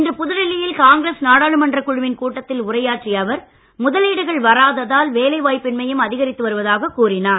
இன்று புதுடெல்லியில் காங்கிரஸ் நாடாளுமன்றக் குழுவின் கூட்டத்தில் உரையாற்றிய அவர் முதலீடுகள் வராததால் வேலை வாய்ப்பின்மையும் அதிகரித்து வருவதாக கூறினார்